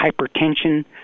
hypertension